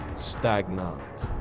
stagnant.